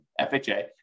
FHA